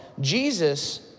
Jesus